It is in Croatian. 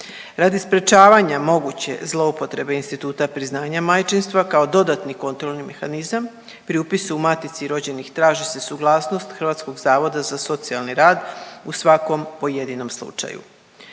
Radi sprječavanja moguće zloupotrebe instituta priznanja majčinstva kao dodatni kontrolni mehanizam pri upisu u matici rođenih traži se suglasnost Hrvatskog zavoda za socijalni rad u svakom pojedinom slučaju.